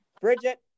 Bridget